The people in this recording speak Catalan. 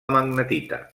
magnetita